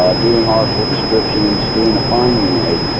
doing archival descriptions, doing the finding aid.